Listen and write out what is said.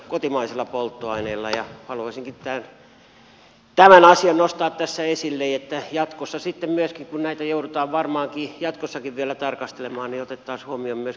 haluaisinkin tämän asian nostaa tässä esille niin että jatkossa sitten kun näitä joudutaan varmaankin jatkossakin vielä tarkastelemaan otettaisiin huomioon myöskin tämä oikeudenmukaisuus